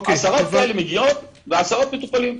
עשרות כאלה מגיעות ועשרות כאלה מטופלים.